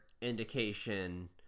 indication